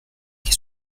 qui